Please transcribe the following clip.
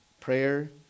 prayer